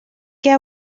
què